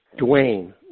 Dwayne